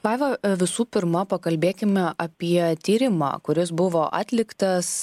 vaiva visų pirma pakalbėkime apie tyrimą kuris buvo atliktas